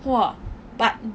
!wah! but